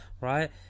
right